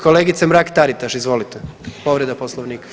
Kolegice Mrak Taritaš, izvolite, povreda poslovnika.